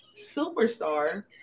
superstar